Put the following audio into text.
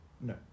No